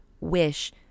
wish